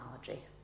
technology